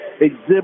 exhibit